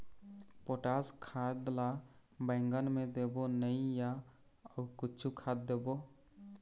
Potash खाद ला बैंगन मे देबो नई या अऊ कुछू खाद देबो?